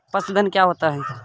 पशुधन क्या होता है?